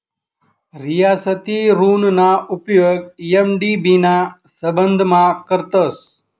रियासती ऋणना उपेग एम.डी.बी ना संबंधमा करतस